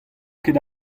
ket